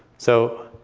so